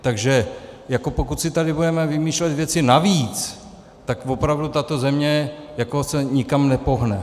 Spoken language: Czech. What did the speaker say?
Takže jako pokud si tady budeme vymýšlet věci navíc, tak opravdu tato země se nikam nepohne.